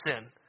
sin